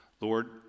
Lord